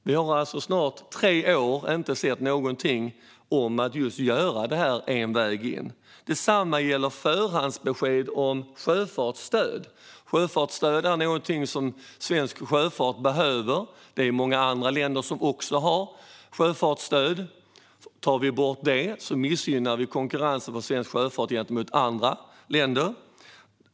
Vi har alltså efter snart tre år inte sett någonting om att genomföra just en väg in. Detsamma gäller förhandsbesked om sjöfartsstöd. Sjöfartsstöd är någonting som svensk sjöfart behöver. Det är också många andra länder som har sjöfartsstöd. Tar vi bort det missgynnar vi konkurrensen för svensk sjöfart gentemot andra länder.